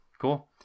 cool